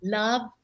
love